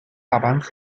大阪府